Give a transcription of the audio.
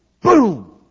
boom